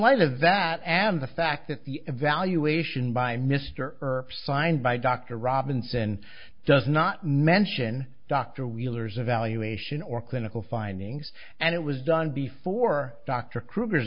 light of that and the fact that the evaluation by mr signed by dr robinson does not mention dr wheeler's evaluation or clinical findings and it was done before dr krueger's